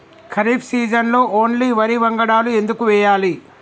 ఖరీఫ్ సీజన్లో ఓన్లీ వరి వంగడాలు ఎందుకు వేయాలి?